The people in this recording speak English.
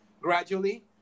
gradually